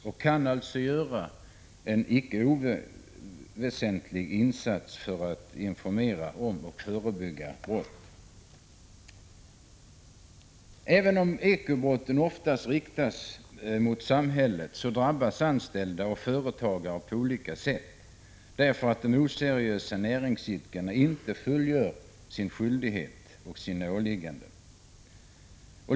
De kan alltså göra en icke oväsentlig insats för att informera om brott och förebygga brott. Även om ekobrotten oftast riktas mot samhället drabbas anställda och företagare på olika sätt, eftersom den oseriösa näringsidkaren inte fullgör sina skyldigheter och åligganden.